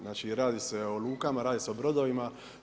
Znači radi se o lukama, radi se o brodovima.